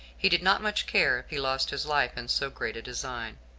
he did not much care if he lost his life in so great a design.